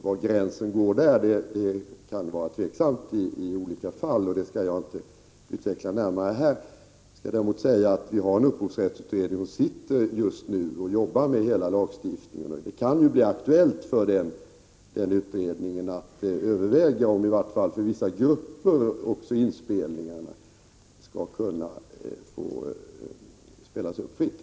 Var gränsen där går kan vara tveksamt i olika fall. Det skall jag inte utveckla närmare här. Däremot kan jag säga att upphovsrättsutredningen arbetar med denna lagstiftning. Det kan bli aktuellt för den utredningen att överväga om inspelningar i varje fall för vissa grupper skall kunna spelas upp fritt.